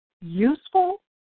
useful